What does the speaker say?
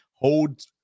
Hold